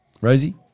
Rosie